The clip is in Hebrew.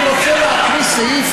אני רוצה להקריא סעיף,